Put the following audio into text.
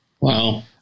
Wow